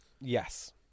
yes